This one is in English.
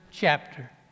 chapter